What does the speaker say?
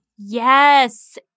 Yes